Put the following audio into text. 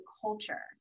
culture